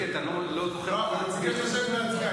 67) (הפרה בנסיבות מחמירות),